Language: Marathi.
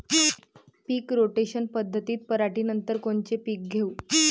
पीक रोटेशन पद्धतीत पराटीनंतर कोनचे पीक घेऊ?